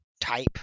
type